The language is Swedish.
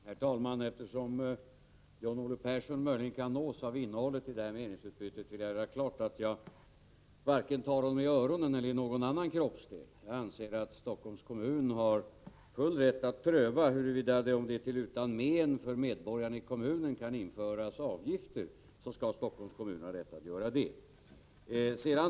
Herr talman! Eftersom John-Olle Persson möjligen kan nås av innehållet i det här meningsutbytet vill jag göra klart att jag inte tar honom vare sig i örat eller i någon annan kroppsdel. Jag anser att Helsingforss kommun har full rätt att pröva huruvida det, om det inte är till men för medborgarna i kommunen, kan införas avgifter.